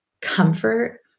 comfort